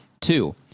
two